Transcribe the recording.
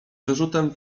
wyrzutem